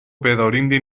bedaŭrinde